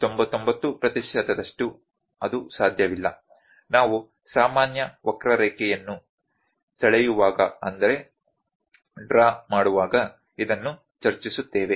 99 ಪ್ರತಿಶತದಷ್ಟು ಅದು ಸಾಧ್ಯವಿಲ್ಲ ನಾವು ಸಾಮಾನ್ಯ ವಕ್ರರೇಖೆಯನ್ನು ಸೆಳೆಯುವಾಗ ಇದನ್ನು ಚರ್ಚಿಸುತ್ತೇವೆ